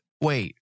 wait